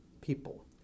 people